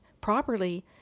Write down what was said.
properly